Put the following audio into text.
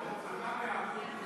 סדר הדין הפלילי